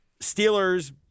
Steelers